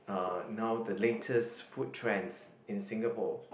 uh now the latest food trends in Singapore